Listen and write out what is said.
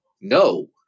no